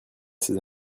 ces